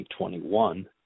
2021